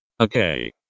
Okay